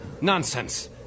Nonsense